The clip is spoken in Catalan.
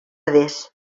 adés